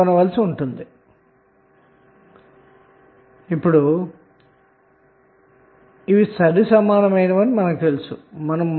సరే ఇప్పుడు ఈ రెండూ ఈక్వివలెంట్ సర్క్యూట్స్ అని మనం సులభంగా చూపించవచ్చు